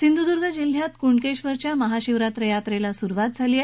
सिंधूद्र्ग जिल्ह्यात कृणकेश्वरच्या महाशिवरात्र यात्रेला सुरुवात झाली आहे